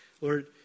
Lord